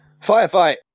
Firefight